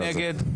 מי נגד?